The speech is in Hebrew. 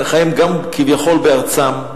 חיים גם כביכול בארצם,